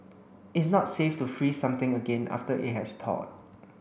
it's not safe to freeze something again after it has thawed